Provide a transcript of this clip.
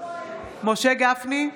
משה גפני,